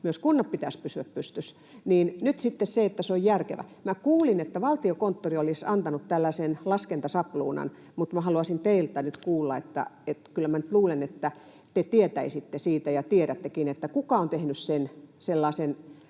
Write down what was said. että kunnat pysyvät pystyssä. Sen pitää nyt olla järkevä. Minä kuulin, että Valtiokonttori olisi antanut tällaisen laskentasabluunan, mutta minä haluaisin teiltä nyt kuulla, koska kyllä minä luulen, että te tietäisitte siitä ja tiedättekin, kuka on tehnyt sellaisen